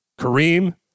Kareem